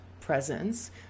presence